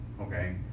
Okay